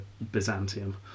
Byzantium